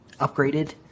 upgraded